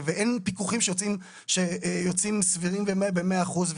ואין פיקוחים שיוצאים סבירים במאה אחוז.